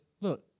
look